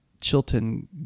Chilton